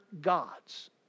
gods